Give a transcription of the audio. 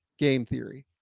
gametheory